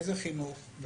איזה חינוך?